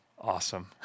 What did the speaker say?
awesome